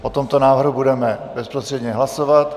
O tomto návrhu budeme bezprostředně hlasovat.